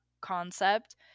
concept